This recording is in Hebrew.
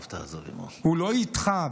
הוא לא איתך,